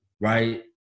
right